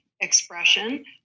expression